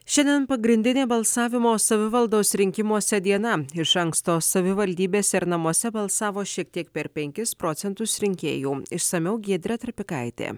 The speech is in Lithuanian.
šiandien pagrindinė balsavimo savivaldos rinkimuose diena iš anksto savivaldybėse ir namuose balsavo šiek tiek per penkis procentus rinkėjų išsamiau giedrė trapikaitė